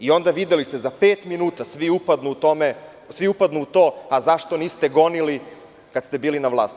I onda, videli ste, za pet minuta svi upadnu u to - a zašto niste gonili kada ste bili na vlasti?